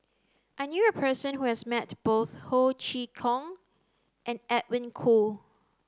I knew a person who has met both Ho Chee Kong and Edwin Koo